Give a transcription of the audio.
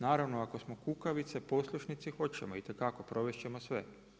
Naravno, ako smo kukavice, poslušnice hoćemo, itekako, provest ćemo sve.